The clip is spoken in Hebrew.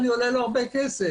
אני עולה לו הרבה כסף.